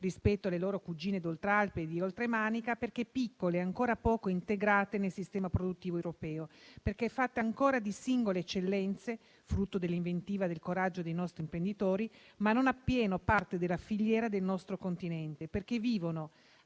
rispetto alle loro cugine d'oltralpe e di oltremanica, perché piccole e ancora poco integrate nel sistema produttivo europeo; perché fatte ancora di singole eccellenze, frutto dell'inventiva e del coraggio dei nostri imprenditori, ma non appieno parte della filiera del nostro continente; perché vivono,